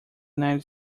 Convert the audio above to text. united